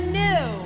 new